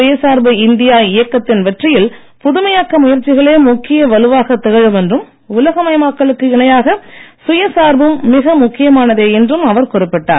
சுயசார்பு இந்தியா இயக்கத்தின் வெற்றியில் புதுமையாக்க முயற்சிகளே முக்கிய வலுவாகத் திகழும் உலகமயமாக்கலுக்கு இணையாக சுயசார்பும் என்றும் மிக முக்கியமானதே என்றும் அவர் குறிப்பிட்டார்